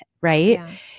Right